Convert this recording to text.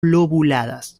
lobuladas